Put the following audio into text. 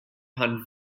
pan